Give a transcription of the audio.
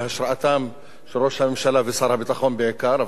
בהשראתם של ראש הממשלה ושר הביטחון בעיקר,